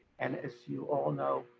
and as you all know,